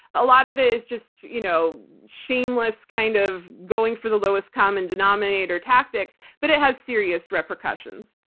a lot of it is just you know shameless kind of going for the lowest common denominator tactics, but it has serious repercussions.